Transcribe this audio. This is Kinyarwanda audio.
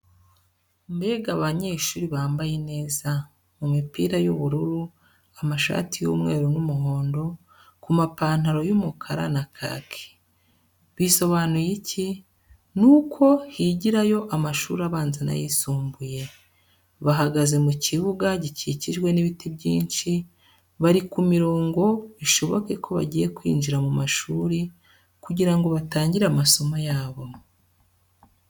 Mbega abanyeshuri bambaye neza, mu mipira y'ubururu, amashati y'umweru n'umuhondo, ku mapantaro y'umukara na kaki. Bisobanuye iki? Ni uko higirayo amashuri abanza n'ayisumbuye. Bahagaze mu kibuga gikikijwe n'ibiti byinshi bari ku mirongo, bishoboke ko bagiye kwinjira mu mashuri kugira ngo batangire amasomo yabo.